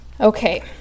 Okay